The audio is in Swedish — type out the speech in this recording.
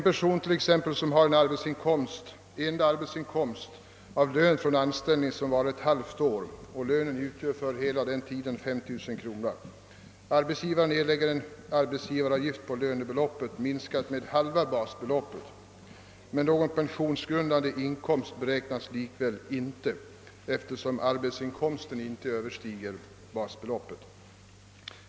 För en person vars enda arbetsinkomst är lön av anställ ning som varat ett halvt år och vilkens lön uppgår till 5000 kronor erlägger arbetsgivaren arbetsgivaravgift på lönebeloppet minskat med halva basbeloppet, men någon pensionsgrundande inkomst beräknas likväl inte, eftersom arbetsinkomsten inte överstiger basbeloppet.